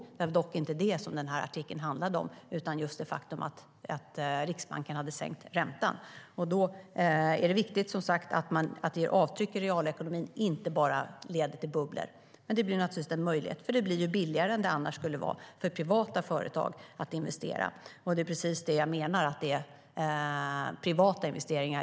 Det var dock inte det som artikeln handlade om, utan den handlade om det faktum att Riksbanken hade sänkt räntan. Då är det viktigt, som sagt, att det ger avtryck i realekonomin och inte bara leder till bubblor. Men det ger en möjlighet för privata företag att investera, för det blir ju billigare än vad det annars skulle vara. Det är precis det jag pratar om.